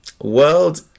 World